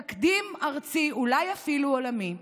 תקדים ארצי, אולי אפילו עולמי: